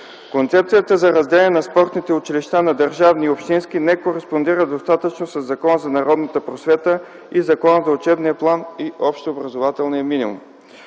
Концепцията за разделение на спортните училища на държавни и общински не кореспондира достатъчно със Закона за народната просвета и Закона за учебния план и общообразователния минимум.